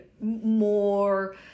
more